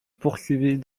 poursuivis